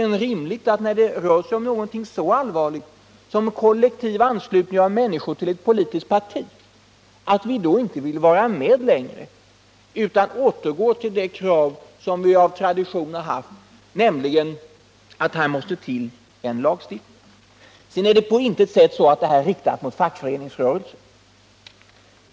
När det rör sig om något så allvarligt som kollektivanslutning av människor till ett politiskt parti är det väl tämligen rimligt att vi då inte vill vara med längre utan återgår till det krav som vi har haft, nämligen att här måste till en lagstiftning. Sedan är detta på intet sätt riktat mot fackföreningsrörelsen.